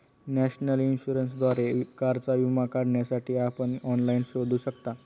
national इन्शुरन्सद्वारे कारचा विमा काढण्यासाठी आपण ऑनलाइन शोधू शकता